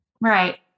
Right